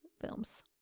films